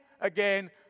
again